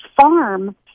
farm